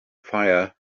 fire